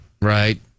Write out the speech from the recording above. right